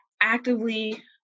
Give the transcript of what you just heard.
actively